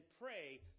pray